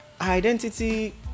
identity